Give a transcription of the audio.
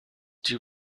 two